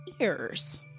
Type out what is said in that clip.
ears